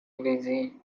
greasy